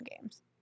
games